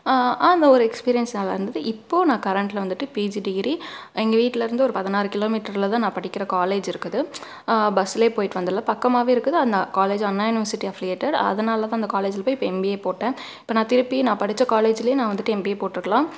அந்த ஒரு எக்ஸ்பீரியன்ஸ் நல்லாயிருந்துது இப்போது நான் கரண்ட்ல வந்துட்டு பிஜி டிகிரி எங்கள் வீட்லிருந்து ஒரு பதினாறு கிலோ மீட்டருலதான் நான் படிக்கிற காலேஜ் இருக்குது பஸ்ஸிலே போய்ட்டு வந்துர்லாம் பக்கமாகவே இருக்குது அந்த காலேஜ் அண்ணா யுனிவர்சிட்டி ஆஃபிலேட்டட் அதனாலதான் அந்த காலேஜ்ல போய் இப்போ எம்பிஏ போட்டேன் இப்போ நான் திருப்பியும் நான் படித்த காலேஜிலே நான் வந்துட்டு எம்பிஏ போட்டிருக்கலாம்